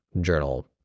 journal